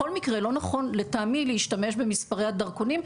בכל מקרה לא נכון לטעמי להשתמש במספרי הדרכונים,